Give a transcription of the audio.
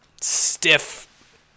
stiff